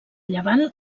llevant